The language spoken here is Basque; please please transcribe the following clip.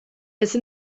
ezin